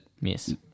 miss